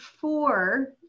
four